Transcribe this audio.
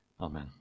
Amen